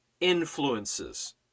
influences